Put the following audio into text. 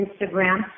Instagram